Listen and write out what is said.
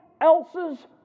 else's